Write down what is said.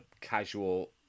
casual